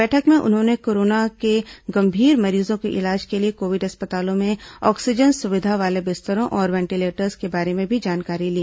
बैठक में उन्होंने कोरोना के गंभीर मरीजों के इलाज के लिए कोविड अस्पतालों में ऑक्सीजन सुविधा वाले बिस्तरों और वेंटीलेटर्स के बारे में भी जानकारी ली